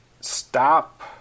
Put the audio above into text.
Stop